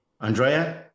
Andrea